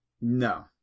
No